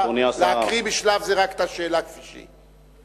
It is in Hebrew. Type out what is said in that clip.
להקריא בשלב זה רק את השאלה כפי שהיא.